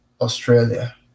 Australia